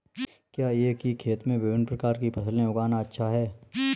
क्या एक ही खेत में विभिन्न प्रकार की फसलें उगाना अच्छा है?